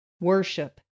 worship